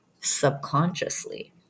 subconsciously